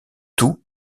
tout